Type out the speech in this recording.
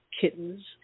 kittens